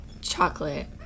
Chocolate